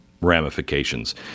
ramifications